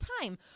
time